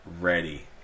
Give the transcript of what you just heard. ready